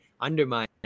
undermine